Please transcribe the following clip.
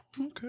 Okay